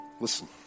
Listen